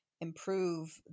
improve